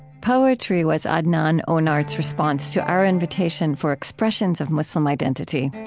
poetry was adnan onart's response to our invitation for expressions of muslim identity.